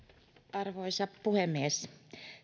arvoisa puhemies